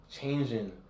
changing